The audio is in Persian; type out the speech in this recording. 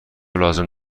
لازم